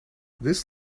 this